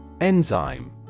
Enzyme